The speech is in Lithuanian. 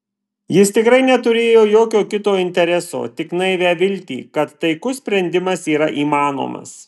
jis tikrai neturėjo jokio kito intereso tik naivią viltį kad taikus sprendimas yra įmanomas